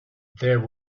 there